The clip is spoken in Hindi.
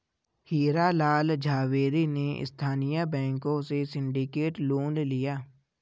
हीरा लाल झावेरी ने स्थानीय बैंकों से सिंडिकेट लोन लिया